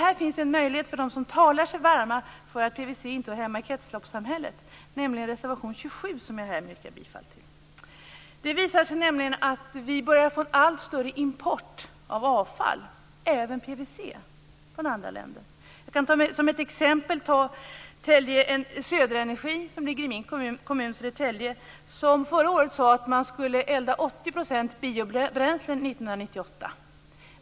Här finns en möjlighet för dem som talar sig varma för att PVC inte hör hemma i kretsloppssamhället. Det gäller reservation 27, som jag härmed yrkar bifall till. Det sker en allt större import av avfall - även av PVC - från andra länder. Som exempel kan jag nämna Söderenergi som ligger i min hemkommun Södertälje. Förra året sade man att man skulle elda 80 % biobränslen under 1998.